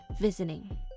visiting